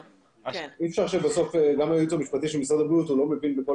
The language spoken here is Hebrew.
גם היועץ המשפטי של משרד הבריאות לא מבין בכל